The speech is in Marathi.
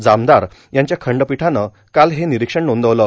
जामदार यांच्या खंडपिठानं काल हे निरीक्षण नोंदवलं